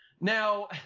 Now